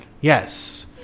yes